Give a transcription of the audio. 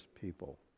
people